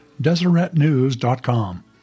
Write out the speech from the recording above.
deseretnews.com